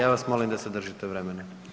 Ja vas molim da se držite vremena.